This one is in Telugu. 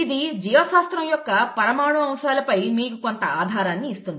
ఇది జీవశాస్త్రం యొక్క పరమాణు అంశాలపై మీకు కొంత ఆధారాన్ని ఇస్తుంది